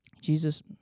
Jesus